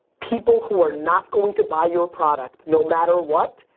people who are not going to buy your product no matter what,